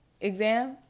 exam